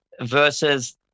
versus